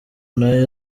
nayo